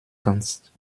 kannst